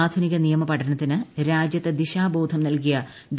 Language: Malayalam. ആധുനിക നിയമ പഠനത്തിന് രാജ്യത്ത് ദിശാബോധം നൽകിയ ഡോ